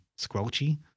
Squelchy